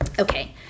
Okay